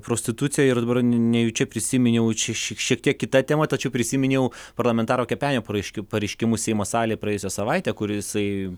prostituciją ir dabar nejučia prisiminiau čia šiek tiek kita tema tačiau prisiminiau parlamentaro kepenio pareiškiu pareiškimus seimo salėj praėjusią savaitę kur jisai